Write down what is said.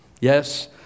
Yes